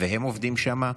והם עובדים שם,